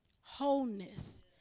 wholeness